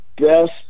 best